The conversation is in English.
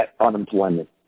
unemployment